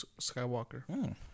Skywalker